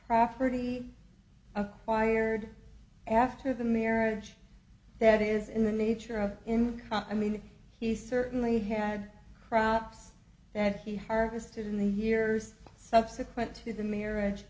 property acquired after the marriage that is in the nature of him i mean he certainly had routes that he harvested in the hearers subsequent to the marriage